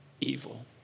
evil